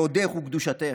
בהודך וקדושתך.